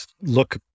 look